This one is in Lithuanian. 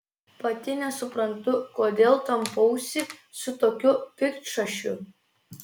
pati nesuprantu kodėl tampausi su tokiu piktšašiu